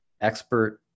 expert